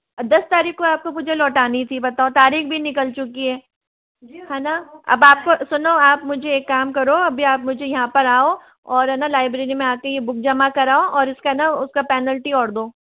दस तारीख को आपको मुझे लौटानी थी बताओ तारीख भी निकल चुकी है है ना अब आपको सुनो आप मुझे एक काम करो अभी आप मुझे यहाँ पर आओ और है ना लाइब्रेरी में आ के ये बुक जमा कराओ और इसका है ना उसका पैनल्टी और दो